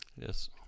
Yes